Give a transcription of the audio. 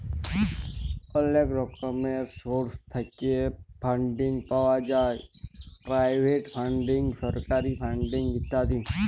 অলেক রকমের সোর্স থ্যাইকে ফাল্ডিং পাউয়া যায় পেরাইভেট ফাল্ডিং, সরকারি ফাল্ডিং ইত্যাদি